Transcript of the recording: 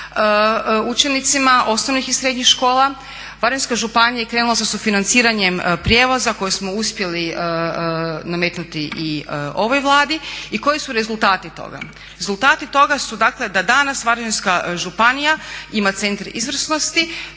učenicima osnovnih i srednjih škola. Varaždinska županija je krenula sa sufinanciranjem prijevoza kojeg smo uspjeli nametnuti i ovoj Vladi. I koji su rezultati toga? Rezultati toga su dakle da danas Varaždinska županija ima centre izvrsnosti,